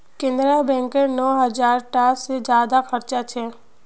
केनरा बैकेर नौ हज़ार टा से ज्यादा साखा छे